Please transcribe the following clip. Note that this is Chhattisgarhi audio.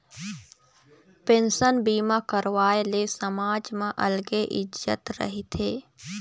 पेंसन बीमा करवाए ले समाज म अलगे इज्जत रहिथे